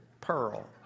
pearl